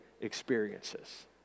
experiences